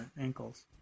ankles